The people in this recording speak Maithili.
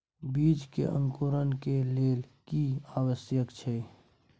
बीज के अंकुरण के लेल की आवश्यक छै?